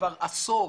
כבר עשור,